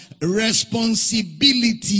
responsibility